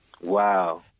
wow